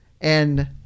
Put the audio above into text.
and-